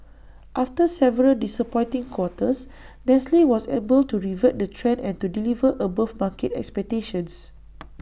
after several disappointing quarters nestle was able to revert the trend and to deliver above market expectations